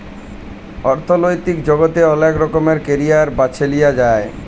অথ্থলৈতিক জগতে অলেক রকমের ক্যারিয়ার বাছে লিঁয়া যায়